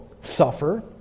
suffer